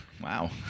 Wow